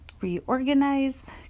reorganize